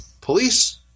police